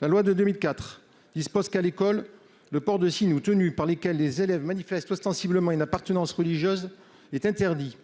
La loi de 2004 dispose que, à l'école, « le port de signes ou tenues par lesquels les élèves manifestent ostensiblement une appartenance religieuse est interdit